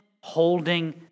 holding